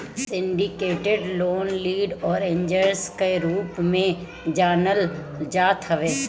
syndicated loan lead arrangers कअ रूप में जानल जात हवे